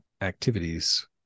activities